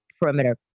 perimeter